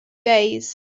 days